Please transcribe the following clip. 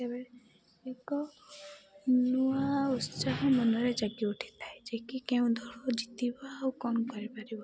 ସେତେବେଳେ ଏକ ନୂଆ ଉତ୍ସାହ ମନରେ ଜାଙ୍କି ଉଠିଥାଏ ଯେ କି କେଉଁ ଦଳ ଜିତିବା ଆଉ କ'ଣ କରିପାରିବ